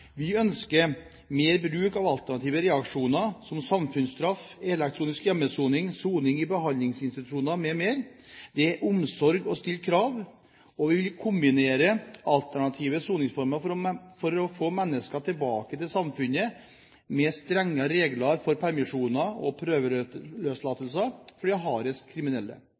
Vi ønsker mer bruk av alternative reaksjoner, som samfunnsstraff, elektronisk hjemmesoning, soning i behandlingsinstitusjon m.m. Det er omsorg å stille krav, og vi vil kombinere alternative soningsformer for å få mennesker tilbake til samfunnet med strenge regler for permisjoner og prøveløslatelser for de hardest kriminelle.